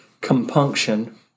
compunction